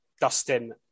Dustin